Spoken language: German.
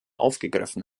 aufgegriffen